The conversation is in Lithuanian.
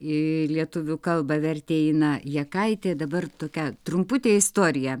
į lietuvių kalbą vertė ina jakaitė dabar tokia trumputė istorija